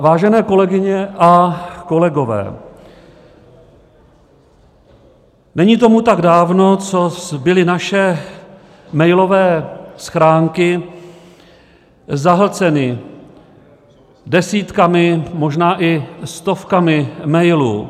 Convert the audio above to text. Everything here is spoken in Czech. Vážené kolegyně a kolegové, není tomu tak dávno, co byly naše mailové schránky zahlceny desítkami, možná i stovkami mailů.